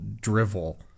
drivel